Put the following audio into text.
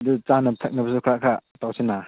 ꯑꯗꯨ ꯆꯥꯅꯕ ꯊꯛꯅꯕꯁꯨ ꯈꯔ ꯈꯔ ꯇꯧꯁꯤꯅ